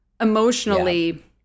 emotionally